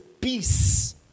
peace